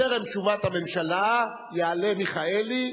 לפני תשובת הממשלה יעלה מיכאלי,